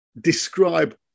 describe